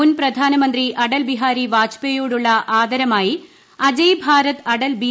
മുൻ പ്രധാനമന്ത്രി അടൽ ബിഹാരി വാജ്പേയിയോടുള്ള ആദരമായി അജയ് ഭാരത് അടൽ ബി